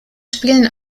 spielen